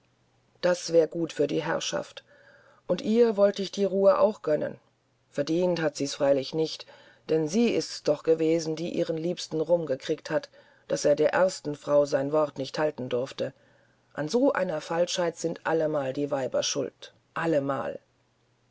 das wär gut für die herrschaft und ihr wollte ich die ruhe auch gönnen verdient hat sie's freilich nicht denn sie ist's doch gewesen die ihren liebsten rumgekriegt hat daß er der ersten frau sein wort nicht halten durfte an so einer falschheit sind allemal die weiber schuld allemal